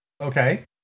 Okay